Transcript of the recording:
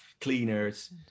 cleaners